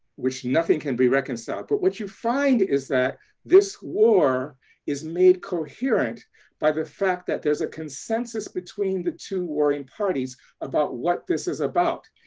which nothing can be reconciled. but what you find is that this war is made coherent by the fact that there's a consensus between the two warring parties about what this is about.